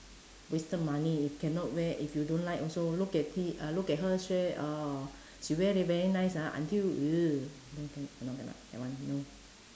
wasted money if cannot wear if you don't like also look at it uh look at her sh~ uh she wear until very nice ah until !ee! cannot cannot that one no